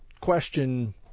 question